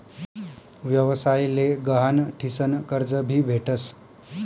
व्यवसाय ले गहाण ठीसन कर्ज भी भेटस